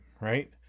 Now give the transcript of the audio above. right